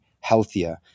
healthier